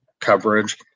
coverage